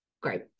Great